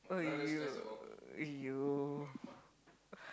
so you you